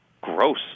gross